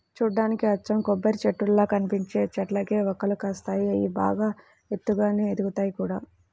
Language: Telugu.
చూడ్డానికి అచ్చం కొబ్బరిచెట్టుల్లా కనిపించే చెట్లకే వక్కలు కాస్తాయి, అయ్యి బాగా ఎత్తుగానే ఎదుగుతయ్ గూడా